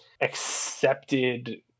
accepted